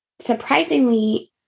surprisingly